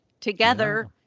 together